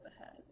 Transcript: ahead